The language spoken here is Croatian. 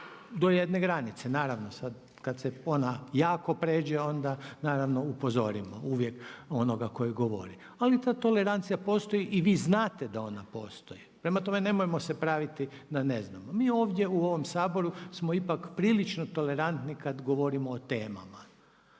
do jedne granice, naravno, sada kada se ona jako pređe onda naravno upozorimo uvijek onoga koji govori ali ta tolerancija postoji i vi znate da ona postoji prema tome nemojmo se praviti da ne znamo. Mi ovdje u ovom Saboru smo ipak prilično tolerantni kada govorimo o temama,